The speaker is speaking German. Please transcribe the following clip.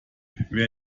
wer